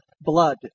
Blood